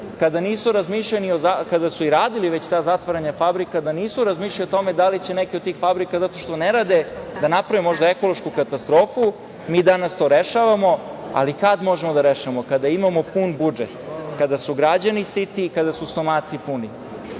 kada su radili ta zatvaranja fabrika nisu razmišljali o tome da li će neke od tih fabrika zato što ne rade da naprave možda ekološku katastrofu, mi danas to rešavamo. Kad možemo da rešavamo? Kada imamo pun budžet. Kada su građani siti, kada su stomaci puni.